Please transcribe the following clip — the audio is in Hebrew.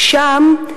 שם,